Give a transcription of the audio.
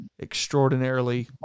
extraordinarily